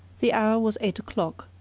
the hour was eight o'clock,